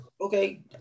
Okay